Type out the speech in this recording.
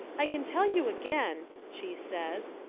i can tell you again, she says,